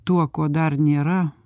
tuo ko dar nėra